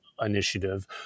initiative